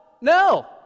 No